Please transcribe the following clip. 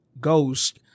Ghost